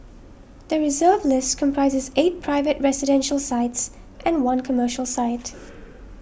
the Reserve List comprises eight private residential sites and one commercial site